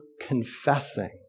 confessing